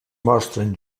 mostren